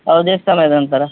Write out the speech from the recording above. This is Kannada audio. ಹೌದಾ ಎಷ್ಟು ಸಮಯದ ನಂತರ